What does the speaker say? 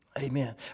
Amen